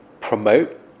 promote